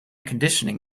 conditioning